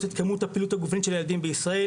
את כמות הפעילות הגופנית של ילדים בישראל,